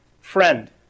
Friend